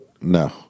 no